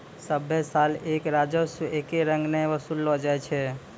सभ्भे साल कर राजस्व एक्के रंग नै वसूललो जाय छै